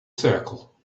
circle